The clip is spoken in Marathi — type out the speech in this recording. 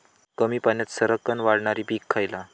कमी पाण्यात सरक्कन वाढणारा पीक खयला?